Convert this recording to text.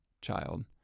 child